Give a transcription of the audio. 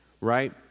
right